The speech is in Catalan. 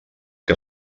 que